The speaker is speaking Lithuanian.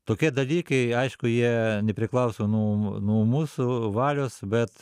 tokie dalykai aišku jie nepriklauso nuo nuo mūsų valios bet